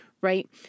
right